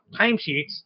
timesheets